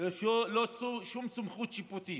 ללא שום סמכות שיפוטית,